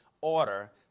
order